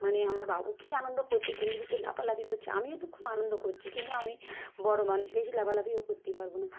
মানে আমার বাবু কী আনন্দ করছে ট্রেনের ভিতরে লাফালফি করছে আমিও তো খুব আনন্দ করছি কিন্তু আমি বড় মানুষ বেশি লাফালফিও করতে পারবো না